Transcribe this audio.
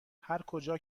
هرکجا